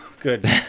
Good